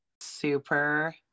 Super